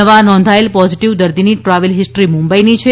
નવા નોંધાયેલ પોઝીટીવ દર્દીની ટ્રાવેલ હિસ્ટ્રી મુંબઇની છે